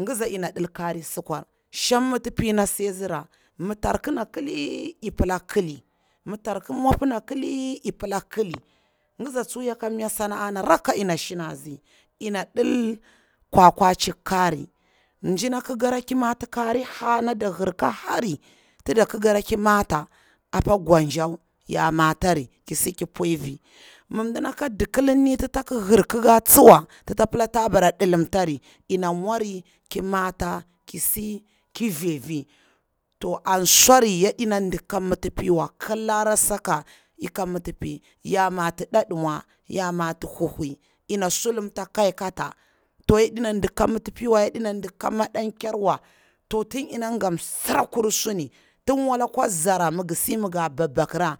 Ngiza yana ɗil kirir su kwar, shang mitipi na si a tsira, mi tarku ana ƙili i pila ƙili, ngiza tsuwa ya ka mnya saha ana ranke yana shingai, yana ɗil kwakwacin kari, mjina ƙila ra ƙi mati karir ha, nati da hir ka hari da kikira ki mata apa gonjo ya matari kisi ki pwui avi, mdinaka dikilinni ti tak hir kika tsuwa tita pila ta bara ɗilimtari ina mwari ki mata ki si kivifi, to answari yadi na dik ka mitipiwa kilara saka ika mitipi. Ya mati ɗaɗumwa, ya mati huihwi, ina sulumta kaikata, to yaɗina dikka mitipiwa, yaɗina dek ka maɗankerwa to tin ina ga msira kur suni, wala akwa zara mi ngir si anti gi pila ga pakra,